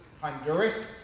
Honduras